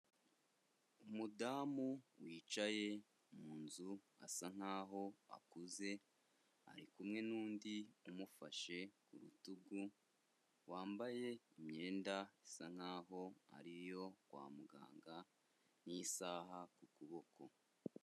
Umudamu wicaye mu nzu asa nk'aho akuze, ari kumwe n'undi umufashe ku rutugu wambaye imyenda isa nk'aho ariyo kwa muganga n'isaha ku kuboko.